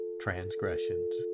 transgressions